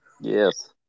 Yes